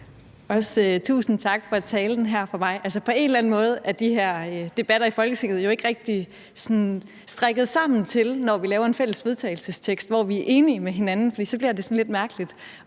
tusind tak for talen her fra mig. Altså, på en eller anden måde er de her debatter i Folketinget jo ikke rigtig sådan strikket sammen til, at vi laver en fælles vedtagelsestekst, hvor vi er enige med hinanden, for så bliver det sådan lidt mærkeligt